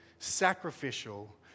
sacrificial